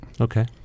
okay